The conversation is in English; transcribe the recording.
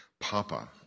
Papa